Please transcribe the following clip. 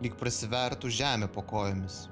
lyg prasivertų žemė po kojomis